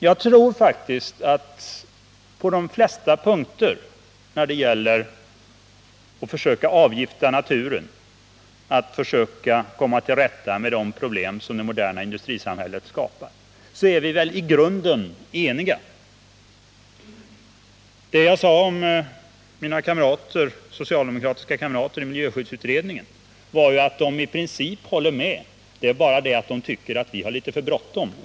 Jag tror faktiskt att vi, när det gäller att försöka avgifta naturen, att försöka komma till rätta med de problem som det moderna industrisamhället skapar, i grunden är eniga på de flesta punkter. Det jag sade om mina socialdemokratiska kamrater i miljöskyddsutredningen var att de i princip håller med. De tycker bara att vi andra har litet för bråttom.